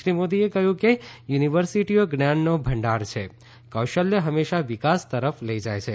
શ્રી મોદીએ કહ્યું કે યુનિવર્સિટીઓ જ્ઞાનનો ભંડાર છે કૌશલ્ય હંમેશા વિકાસ તરફ લઇ જાય છે